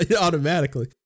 automatically